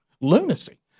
lunacy